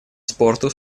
спорту